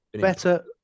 better